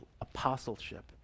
apostleship